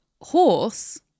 horse